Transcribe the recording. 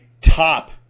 top